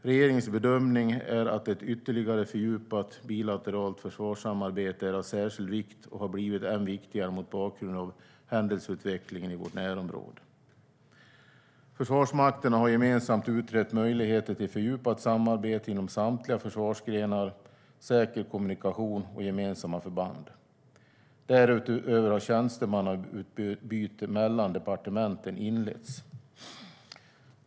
Regeringens bedömning är att ett ytterligare fördjupat bilateralt försvarssamarbete är av särskild vikt och har blivit än viktigare mot bakgrund av händelseutvecklingen i vårt närområde. Försvarsmakterna har gemensamt utrett möjligheter till fördjupat samarbete inom samtliga försvarsgrenar, säker kommunikation och gemensamma förband. Därutöver har tjänstemannautbyte mellan departementen inletts.